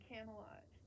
Camelot